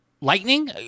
lightning